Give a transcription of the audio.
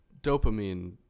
dopamine